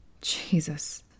Jesus